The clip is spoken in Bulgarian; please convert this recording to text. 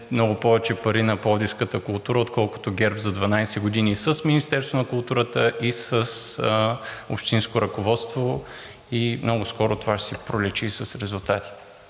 много повече пари на пловдивската култура, отколкото ГЕРБ за 12 години с Министерството на културата и с общинското ръководство. Много скоро това ще си проличи с резултатите.